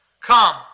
Come